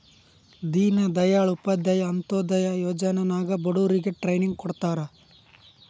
ದೀನ್ ದಯಾಳ್ ಉಪಾಧ್ಯಾಯ ಅಂತ್ಯೋದಯ ಯೋಜನಾ ನಾಗ್ ಬಡುರಿಗ್ ಟ್ರೈನಿಂಗ್ ಕೊಡ್ತಾರ್